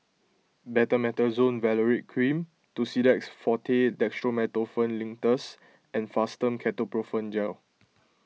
Betamethasone Valerate Cream Tussidex forte Dextromethorphan Linctus and Fastum Ketoprofen Gel